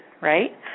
right